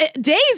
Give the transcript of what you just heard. days